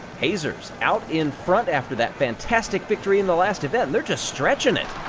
hazers out in front, after that fantastic victory in the last event. they're just stretching it.